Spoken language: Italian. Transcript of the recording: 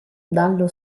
dallo